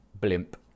blimp